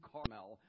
Carmel